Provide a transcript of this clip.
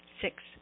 Six